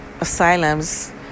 asylums